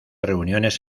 reuniones